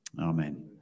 amen